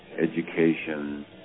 education